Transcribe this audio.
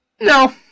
No